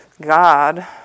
God